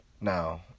Now